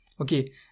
okay